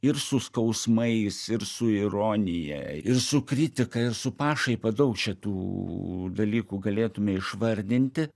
ir su skausmais ir su ironija ir su kritika ir su pašaipa daug šitų dalykų galėtume išvardinti